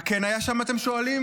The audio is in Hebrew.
מה כן היה שם, אתם שואלים?